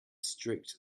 strict